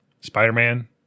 Spider-Man